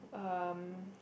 um